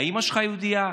אימא שלך יהודייה,